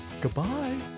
Goodbye